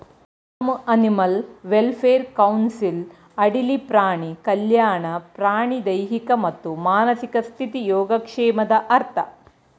form animal welfare council ಅಡಿಲಿ ಪ್ರಾಣಿ ಕಲ್ಯಾಣ ಪ್ರಾಣಿಯ ದೈಹಿಕ ಮತ್ತು ಮಾನಸಿಕ ಸ್ಥಿತಿ ಯೋಗಕ್ಷೇಮದ ಅರ್ಥ